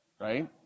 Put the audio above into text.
right